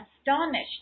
astonished